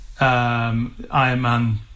Ironman